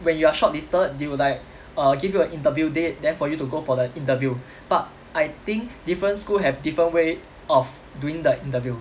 when you are shortlisted they will like err give you a interview date then for you to go for the interview but I think different school have different way of doing the interview